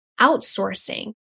outsourcing